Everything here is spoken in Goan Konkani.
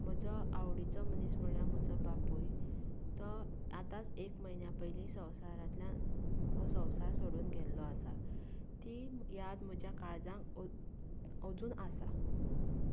म्हजो आवडिचो मनीस म्हळ्यार म्हजो बापूय तो आतांच एक म्हयन्यां पयली संवसारांतल्यान हो संवसार सोडून गेल्लो आसा ती याद म्हज्या काळजांत अजू अजून आसा